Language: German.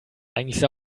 eigentlich